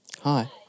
Hi